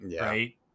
right